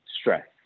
stress